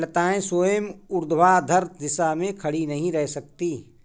लताएं स्वयं ऊर्ध्वाधर दिशा में खड़ी नहीं रह सकती